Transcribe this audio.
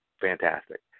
fantastic